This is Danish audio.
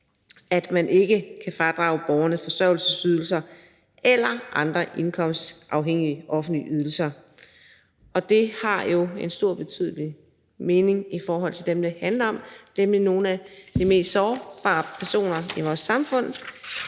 at man ikke kan fradrage i borgernes forsørgelsesydelser eller andre indkomstafhængige offentlige ydelser. Det har jo stor betydning for dem, det handler om, nemlig nogle af de mest sårbare personer i vores samfund.